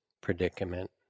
predicament